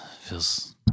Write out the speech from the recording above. feels